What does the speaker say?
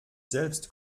selbst